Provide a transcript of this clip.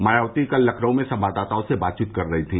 मायावती कल लखनऊ में संवाददाताओं से बातचीत कर रही थी